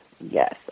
Yes